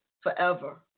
forever